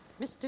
Mr